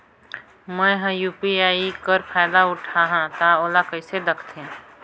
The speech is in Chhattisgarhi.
मैं ह यू.पी.आई कर फायदा उठाहा ता ओला कइसे दखथे?